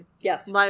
yes